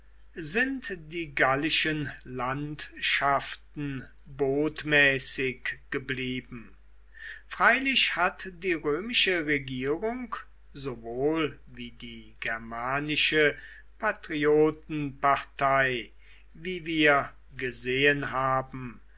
sind die gallischen landschaften botmäßig geblieben freilich hat die römische regierung sowohl wie die germanische patriotenpartei wie wir gesehen haben